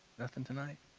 nothing tonight?